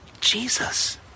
Jesus